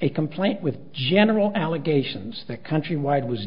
a complaint with general allegations that countrywide was